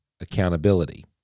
accountability